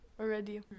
already